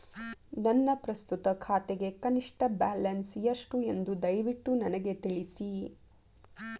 ನನ್ನ ಪ್ರಸ್ತುತ ಖಾತೆಗೆ ಕನಿಷ್ಟ ಬ್ಯಾಲೆನ್ಸ್ ಎಷ್ಟು ಎಂದು ದಯವಿಟ್ಟು ನನಗೆ ತಿಳಿಸಿ